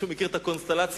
מי שמכיר את הקונסטלציה,